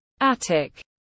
Attic